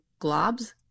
globs